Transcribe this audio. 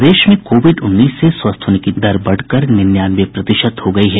प्रदेश में कोविड उन्नीस से स्वस्थ होने की दर बढ़कर निन्यानवे प्रतिशत हो गई है